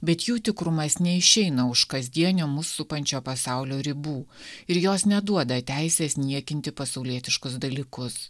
bet jų tikrumas neišeina už kasdienio mus supančio pasaulio ribų ir jos neduoda teisės niekinti pasaulietiškus dalykus